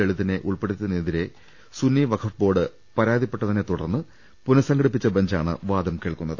ലളിതിനെ ഉൾപ്പെ ടുത്തിയതിനെതിരെ സുന്നീ വഖഫ് ബോർഡ് പരാതിപ്പെട്ടതിനെ തുടർന്ന് പുനസംഘടിപ്പിച്ച ബഞ്ചാണ് വാദം കേൾക്കുന്നത്